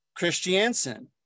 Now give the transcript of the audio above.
Christiansen